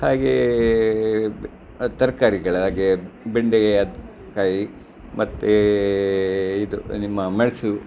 ಹಾಗೆ ತರ್ಕಾರಿಗಳು ಹಾಗೆ ಬೆಂಡೆ ಅದು ಕಾಯಿ ಮತ್ತೆ ಇದು ನಿಮ್ಮ ಮೆಣಸು